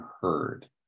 heard